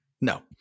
No